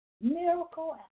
Miracle